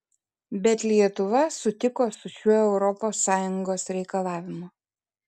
bet lietuva sutiko su šiuo europos sąjungos reikalavimu